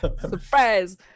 Surprise